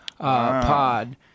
pod